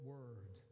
Word